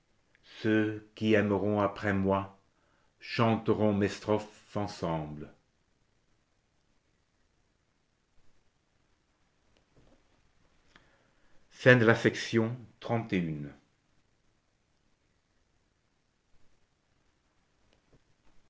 ceux qui aimeront après moi chanteront mes strophes ensemble